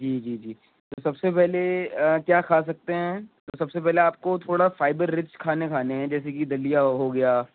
جی جی جی تو سب سے پہلے کیا کھا سکتے ہیں تو سب سے پہلے آپ کو تھوڑا فائبر رچ کھانے کھانے ہیں جیسے کہ دلیا ہو گیا